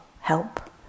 help